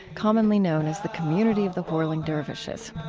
commonly known as the community of the whirling dervishes.